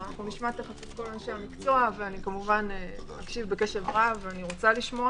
- נשמע את כל אנשי המקצוע ואקשיב בקשב רב אני רוצה לשמוע